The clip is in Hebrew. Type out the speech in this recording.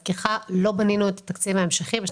להזכירך, לא בנינו את התקציב ההמשכי על